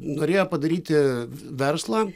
norėjo padaryti verslą